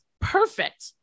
perfect